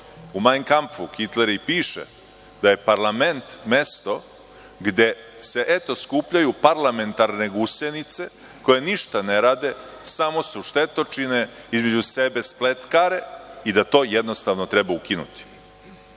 u „Majn kampfu“ Hitler i piše da je parlament mesto gde se, eto, skupljaju parlamentarne gusenice koje ništa ne rade, samo su štetočine, između sebe spletkare i da to jednostavno treba ukinuti.